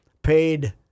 Paid